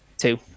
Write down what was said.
Two